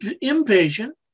impatient